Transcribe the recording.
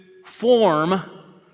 form